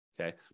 okay